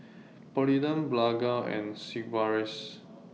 Polident Blephagel and Sigvaris